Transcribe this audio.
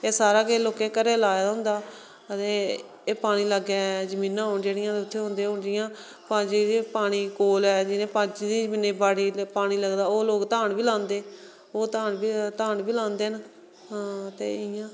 एह् सारा किश लोकें घरें लाए दा हुंदा ते एह् पानी लाग्गै जमीना होन जेह्ड़ियां उत्थे होंदे हुन जियां पानी कोल ऐ जियां जियां दी पानी बाड़ी लगदा ओह् लोग धान बी लांदे ओह् धान बी धान लांदे न ते इयां